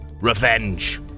revenge